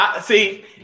See